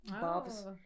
Bob's